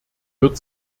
wird